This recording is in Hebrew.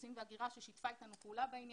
האוכלוסין וההגירה ששיתפה אתנו פעולה בעניין.